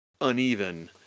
uneven